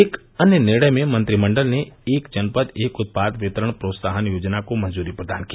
एक अन्य निर्णय में मंत्रिमंडल ने एक जनपद एक उत्पाद विपरण प्रोत्साहन योजना को मंजूरी प्रदान की